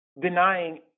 denying